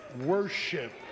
worship